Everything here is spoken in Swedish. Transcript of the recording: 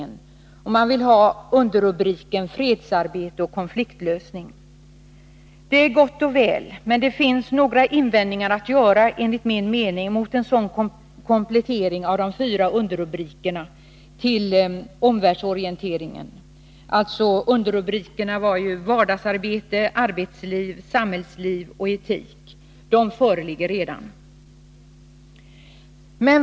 Man vill där ha ytterligare en underrubrik: Fredsarbete och konfliktlösning. Det är gott och väl, men det finns enligt min mening några invändningar att göra mot en sådan komplettering av de fyra rubriker som redan föreligger, nämligen Vardagsarbete, Arbetsliv, Samhällsliv och Etik.